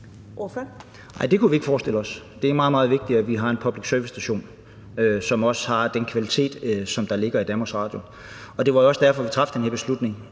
det kunne vi ikke forestille os. Det er meget, meget vigtigt, at vi har en public service-station, som også har den kvalitet, der ligger i Danmarks Radio. Det var jo også derfor, vi traf den her beslutning.